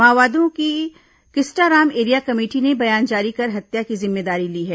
माओवादी की Kistaram area committee ने बयान जारी कर हत्या की जिम्मेदारी ली है